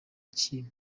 iki